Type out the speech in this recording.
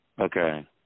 Okay